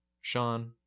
Sean